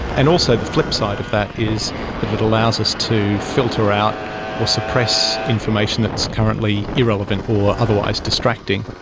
and also the flip side of that is that it allows us to filter out or suppress information that is currently irrelevant or otherwise distracting.